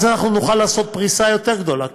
אנחנו נוכל לעשות פריסה יותר גדולה,